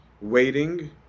waiting